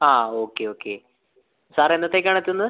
ആ okay okay sir എന്നത്തേക്കാണ് എത്തുന്നത്